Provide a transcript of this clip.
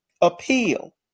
appeal